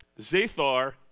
Zathar